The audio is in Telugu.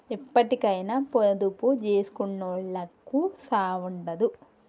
ఎప్పటికైనా పొదుపు జేసుకునోళ్లకు సావుండదు